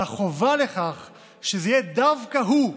אבל החובה לכך שזה יהיה דווקא הוא,